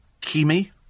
Kimi